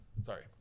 Sorry